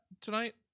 tonight